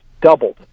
doubled